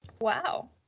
Wow